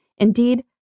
Indeed